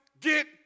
get